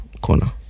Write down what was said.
corner